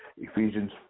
Ephesians